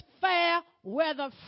fair-weather